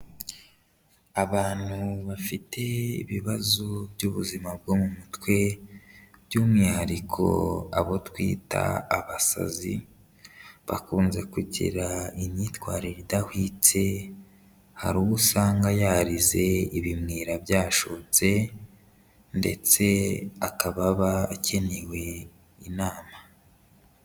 Abantu bafite ibibazo by'ubuzima bwo mu mutwe, by'umwihariko abo twita abasazi, bakunze kugira imyitwarire idahwitse, hari uwo usanga yarize, ibimyira byashotse, ndetse akaba aba akeneye inama.